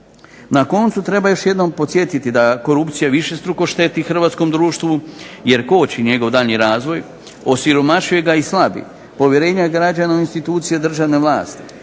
Na koncu, treba još jednom podsjetiti da korupcija višestruko šteti hrvatskom društvu jer koči njegov daljnji razvoj, osiromašuje ga i slabi povjerenje građana u institucije državne vlasti.